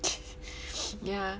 yeah